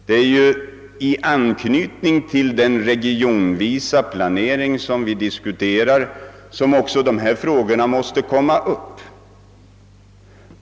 Det är i anknytning till den regionsvisa planering vi diskuterar som också dessa frågor måste komma upp.